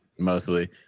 Mostly